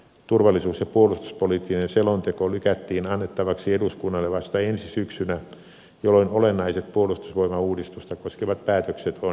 turvallisuus ja puolustuspoliittinen selonteko lykättiin annettavaksi eduskunnalle vasta ensi syksynä jolloin olennaiset puolustusvoimauudistusta koskevat päätökset on jo tehty